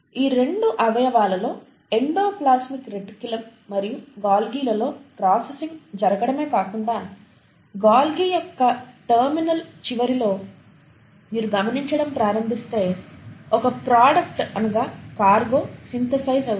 ఈ రెండు అవయవాలలో ఎండోప్లాస్మిక్ రెటిక్యులం మరియు గొల్గిలలో ప్రాసెసింగ్ జరగడమే కాకూండా గొల్గి యొక్క టెర్మినల్ చివరలో మీరు గమనించడం ప్రారంభిస్తే ఒక ప్రోడక్ట్ అనగా కార్గో సింథసైజ్ అవుతుంది